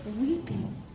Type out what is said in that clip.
weeping